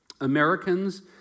Americans